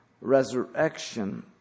resurrection